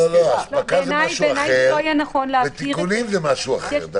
לא, אספקה זה משהו אחד ותיקונים זה משהו אחר.